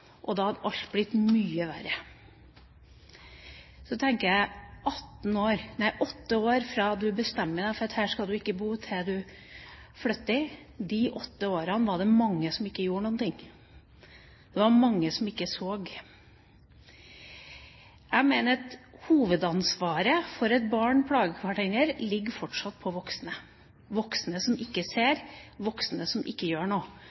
men da hadde alt blitt mye verre. Da tenker jeg: Åtte år fra du bestemmer deg for at her skal du ikke bo, til du flytter – i de åtte årene var det mange som ikke gjorde noe, det var mange som ikke så. Jeg mener at hovedansvaret for at barn plager hverandre, fortsatt ligger hos voksne – voksne som ikke ser, voksne som ikke gjør noe,